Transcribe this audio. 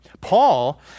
Paul